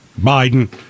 Biden